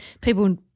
people